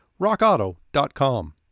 Rockauto.com